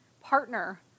Partner